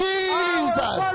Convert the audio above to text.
Jesus